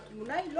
התמונה היא לא